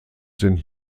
sind